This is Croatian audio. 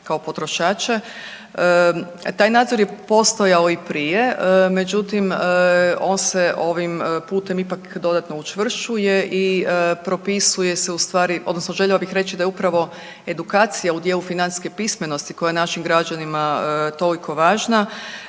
kao potrošače. Taj nadzor je postojao i prije, međutim on se ovim putem ipak dodatno učvršćuje i propisuje se u stvari odnosno željela bih reći da je upravo edukacija u dijelu financijske pismenosti koja je našim građanima toliko važna